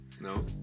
No